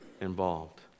involved